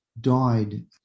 died